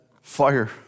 fire